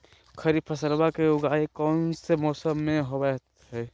खरीफ फसलवा के उगाई कौन से मौसमा मे होवय है?